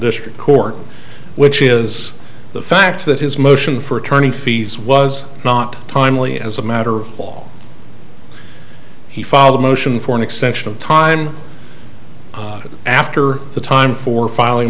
district court which is the fact that his motion for attorney fees was not timely as a matter of law he filed a motion for an extension of time after the time for filing